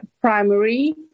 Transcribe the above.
Primary